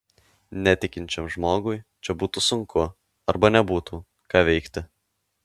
netikinčiam žmogui čia būtų sunku arba nebūtų ką veikti